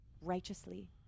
righteously